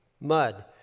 mud